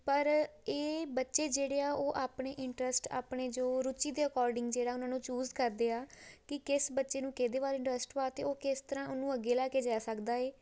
ਪਰ ਇਹ ਬੱਚੇ ਜਿਹੜੇ ਆ ਉਹ ਆਪਣੇ ਇੰਟਰਸਟ ਆਪਣੇ ਜੋ ਰੁਚੀ ਦੇ ਅਕੋਰਡਿੰਗ ਜਿਹੜਾ ਉਹਨਾਂ ਨੂੰ ਚੂਜ਼ ਕਰਦੇ ਆ ਕਿ ਕਿਸ ਬੱਚੇ ਨੂੰ ਕਿਹਦੇ ਵੱਲ ਇੰਟਰਸਟ ਵਾ ਅਤੇ ਉਹ ਕਿਸ ਤਰ੍ਹਾਂ ਉਹਨੂੰ ਅੱਗੇ ਲੈ ਕੇ ਜਾ ਸਕਦਾ ਹੈ